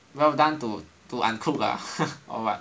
well done to uncooked lah or what